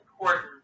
important